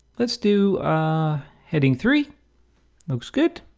let's do a heading three looks good,